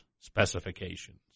specifications